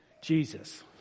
Jesus